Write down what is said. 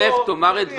תאמר את דבריך,